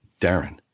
Darren